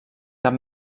cap